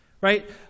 right